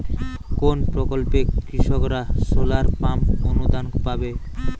কোন প্রকল্পে কৃষকরা সোলার পাম্প অনুদান পাবে?